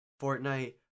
Fortnite